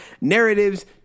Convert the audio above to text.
narratives